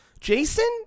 Jason